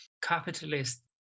capitalist